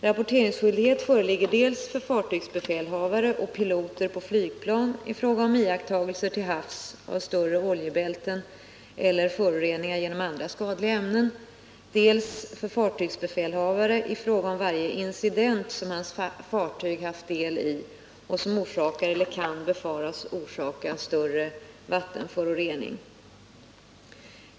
Rapporteringsskyldighet föreligger dels för fartygsbefälhavare och piloter på flygplan i fråga om iakttagelser av större oljebälten till havs eller föroreningar genom andra skadliga ämnen, dels för fartygsbefälhavare i fråga om varje incident som hans fartyg haft del i och som orsakar eller kan befaras orsaka en större vattenförorening.